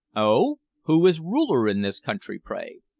oh! who is ruler in this country, pray?